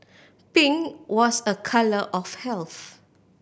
pink was a colour of health